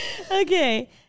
Okay